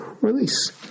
release